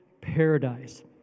Paradise